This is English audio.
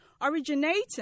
originating